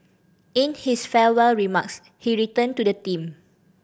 in his farewell remarks he returned to the theme